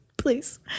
Please